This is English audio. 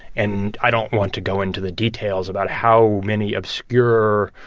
and i don't want to go into the details about how many obscure